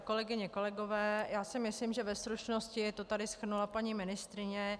Kolegyně, kolegové, myslím si, že ve stručnosti to tady shrnula paní ministryně.